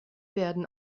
werden